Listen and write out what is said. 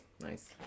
Nice